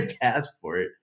passport